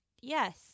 Yes